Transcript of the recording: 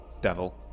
devil